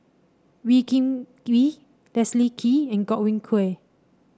Wee Kim Wee Leslie Kee and Godwin Koay